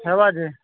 ହବା ଯେ